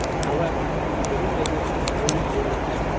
however, we've been in business for thirty years.